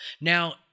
Now